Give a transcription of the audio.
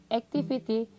activity